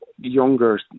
younger